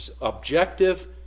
objective